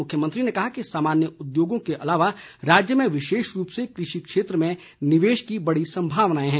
मुख्यमंत्री ने कहा कि सामान्य उद्योगों के अलावा राज्य में विशेष रूप से कृषि क्षेत्र में निवेश की बड़ी संभावनाएं हैं